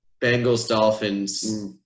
Bengals-Dolphins